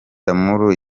d’amour